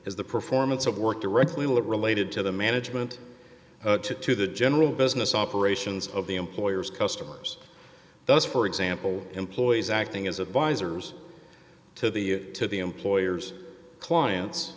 is the performance of work directly related to the management to the general business operations of the employer's customers those for example employees acting as advisors to the to the employer's clients